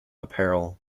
apparel